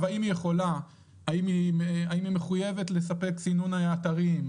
האם היא מחויבת לספק סינון אתרים,